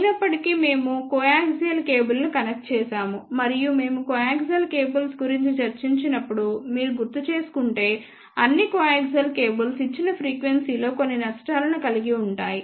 అయినప్పటికీ మేము కోయాక్సిల్ కేబుల్ను కనెక్ట్ చేసాము మరియు మేము కోయాక్సిల్ కేబుల్స్ గురించి చర్చించినప్పుడు మీరు గుర్తుచేసుకుంటే అన్ని కోయాక్సిల్ కేబుల్స్ ఇచ్చిన ఫ్రీక్వెన్సీ లో కొన్ని నష్టాలను కలిగి ఉంటాయి